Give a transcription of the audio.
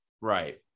right